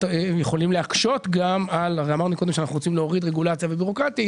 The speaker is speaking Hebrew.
יכולים להקשות על הורדת הרגולציה והבירוקרטיה,